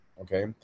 Okay